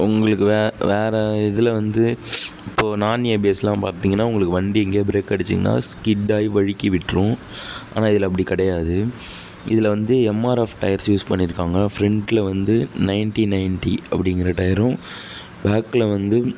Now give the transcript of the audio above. உங்களுக்கு வே வேறு இதில் வந்து இப்போது நான் ஏபீஎஸ்யெலாம் பார்த்திங்கனா உங்களுக்கு வண்டி இங்கே பிரேக் அடிச்சுங்னா ஸ்கிட்டாகி வழுக்கி விட்டுரும் ஆனால் இதில் அப்படி கிடையாது இதில் வந்து எம்ஆர்எஃப் டயர்ஸ் யூஸ் பண்ணியிருக்காங்க ஃப்ரெண்ட்டில் வந்து நயன்ட்டி நயன்ட்டி அப்படிங்கிற டயரும் பேக்கில் வந்து